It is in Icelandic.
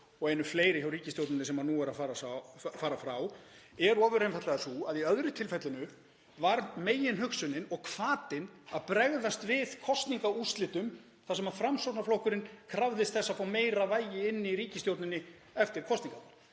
og einu fleiri hjá ríkisstjórninni sem nú er farin frá er ofur einfaldlega sá að í öðru tilfellinu var meginhugsunin og hvatinn að bregðast við kosningaúrslitum þar sem Framsóknarflokkurinn krafðist þess að fá meira vægi í ríkisstjórninni eftir kosningarnar.